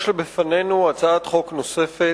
יש בפנינו הצעת חוק נוספת,